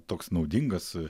toks naudingas